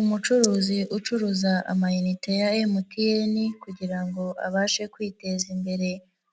Umucuruzi ucuruza amayinite ya MTN kugira ngo abashe kwiteza imbere